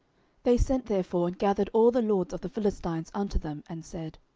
they sent therefore and gathered all the lords of the philistines unto them, and said,